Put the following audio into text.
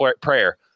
prayer